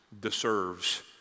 deserves